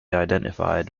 identified